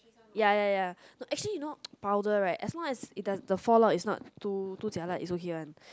ya ya ya no actually you know powder right as long as it does the fall out is not too too jialat it's okay one